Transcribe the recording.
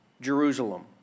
Jerusalem